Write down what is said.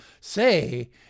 say